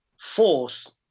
force